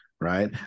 right